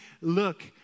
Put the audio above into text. Look